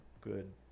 good